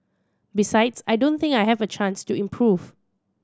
besides I don't think I have a chance to improve